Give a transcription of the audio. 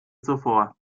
zuvor